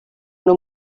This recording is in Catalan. una